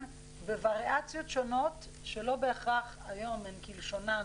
ווריאציות שונות שלא בהכרח היום הן כלשונן